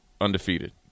undefeated